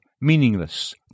meaningless